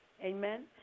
Amen